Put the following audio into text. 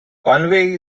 convey